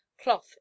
cloth